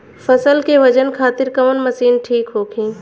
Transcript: फसल के वजन खातिर कवन मशीन ठीक होखि?